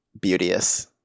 beauteous